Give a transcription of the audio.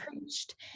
preached